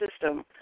system